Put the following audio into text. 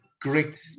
great